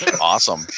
Awesome